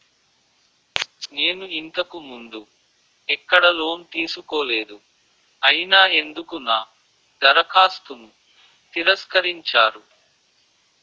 నేను ఇంతకు ముందు ఎక్కడ లోన్ తీసుకోలేదు అయినా ఎందుకు నా దరఖాస్తును తిరస్కరించారు?